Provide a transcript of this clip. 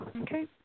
Okay